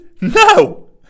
No